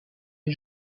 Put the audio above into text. est